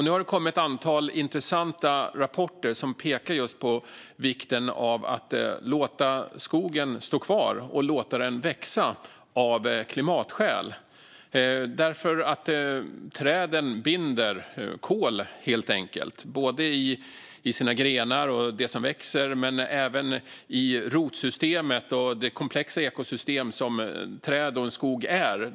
Nu har det kommit ett antal intressanta rapporter som pekar just på vikten av att låta skogen stå kvar och växa av klimatskäl. Träden binder helt enkelt kol i både sina grenar och det som växer men även i rotsystemet och det komplexa ekosystem som träd och en skog är.